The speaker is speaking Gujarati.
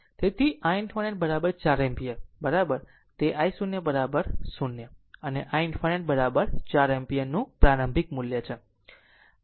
તેથી i ∞ 4 એમ્પીયર બરાબર તે i0 0 અને i ∞ 4 એમ્પીયર નું પ્રારંભિક મૂલ્ય છે